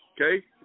okay